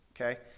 okay